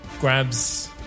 grabs